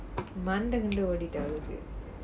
மண்டை கிண்ட ஓடிட்டா அவளுக்கு:manda ginda oditaa aavalukku